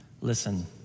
Listen